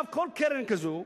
כל קרן כזאת,